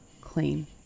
clean